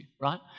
right